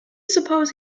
suppose